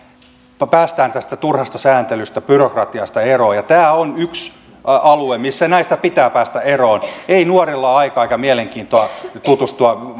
että päästään tästä turhasta sääntelystä byrokratiasta eroon ja tämä on yksi alue missä näistä pitää päästä eroon ei nuorilla ole aikaa eikä mielenkiintoa tutustua